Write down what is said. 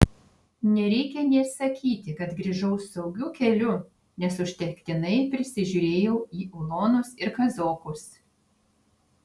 nereikia nė sakyti kad grįžau saugiu keliu nes užtektinai prisižiūrėjau į ulonus ir kazokus